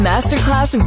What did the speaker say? Masterclass